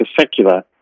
secular